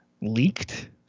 leaked